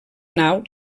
nau